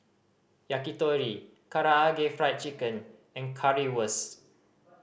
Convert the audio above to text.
Yakitori Karaage Fried Chicken and Currywurst